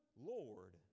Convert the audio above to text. Lord